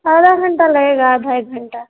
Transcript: आधा घंटा लगेगा आधा एक घंटा